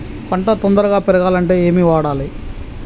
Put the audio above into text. పంట తొందరగా పెరగాలంటే ఏమి వాడాలి?